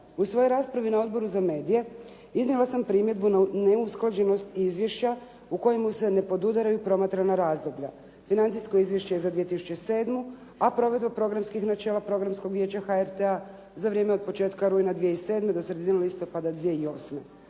U svojoj raspravi na Odboru za medije iznijela sam primjedbu na neusklađenost izvješća u kojemu se ne podudaraju promatrana razdoblja. Financijsko izvješće za 2007., a provedba programskih načela Programskog vijeća HRT-a za vrijeme od početka rujna 2007. do sredine listopada 2008.